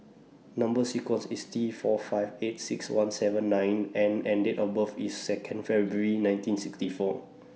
Number sequence IS T four five eight six one seven nine N and Date of birth IS Second February nineteen sixty four